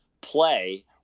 play